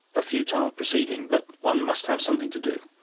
a futile proceeding. but one must have something to do.